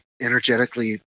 energetically